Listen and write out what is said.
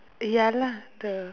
ya lah the